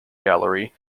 gallery